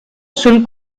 sul